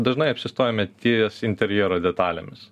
dažnai apsistojame ties interjero detalėmis